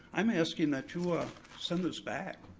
i'm asking that you um send this back.